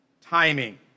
timing